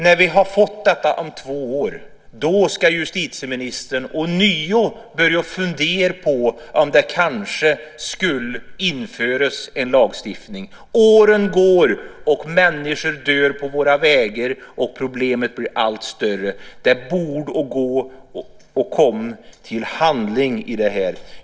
När vi har fått detta om två år ska justitieministern ånyo börja fundera på om det kanske ska införas en lagstiftning. Åren går. Människor dör på våra vägar, och problemet blir allt större. Det borde gå att komma till handling när det gäller det här.